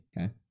okay